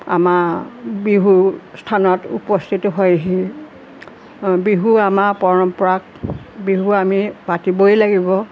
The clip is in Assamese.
আমাৰ বিহু স্থানত উপস্থিত হয়হি বিহু আমাৰ পৰম্পৰাক বিহু আমি পাতিবই লাগিব